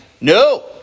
no